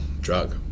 drug